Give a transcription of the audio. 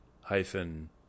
hyphen